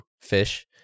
fish